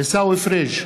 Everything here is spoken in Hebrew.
עיסאווי פריג'